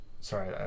Sorry